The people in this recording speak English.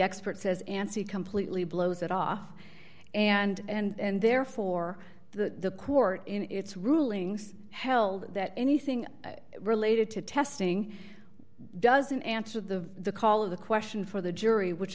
expert says ansi completely blows it off and therefore the court in its rulings held that anything related to testing doesn't answer the call of the question for the jury which